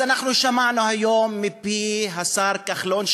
אז אנחנו שמענו היום מפי השר כחלון,